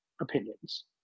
opinions